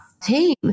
team